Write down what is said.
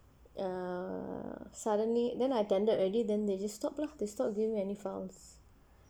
err suddenly then I attended already then they just stopped lah they stopped giving any files